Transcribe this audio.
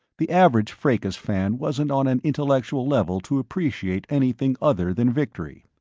the average fracas fan wasn't on an intellectual level to appreciate anything other than victory.